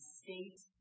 state